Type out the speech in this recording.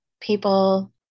people